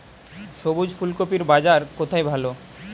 সবুজ ফুলকপির বাজার কোথায় ভালো?